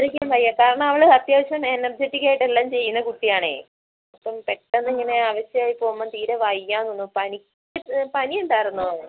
ശരിക്കും വയ്യ കാരണം അവൾ അത്യാവശ്യം എനര്ജറ്റിക്ക് ആയിട്ട് എല്ലാം ചെയ്യുന്ന കുട്ടിയാണേ അപ്പം പെട്ടെന്ന് ഇങ്ങനെ അവശയായി പോവുമ്പോൾ തീരെ വയ്യ എന്ന് തോന്നുന്നു പനി പനി ഉണ്ടായിരുന്നോ